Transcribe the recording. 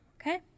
Okay